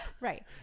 right